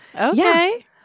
Okay